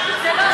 זה לא,